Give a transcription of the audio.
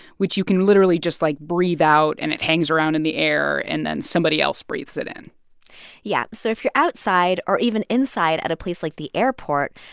which you can literally just, like, breathe out and it hangs around in the air and then somebody else breathes it in yeah. so if you're outside or even inside at a place like the airport,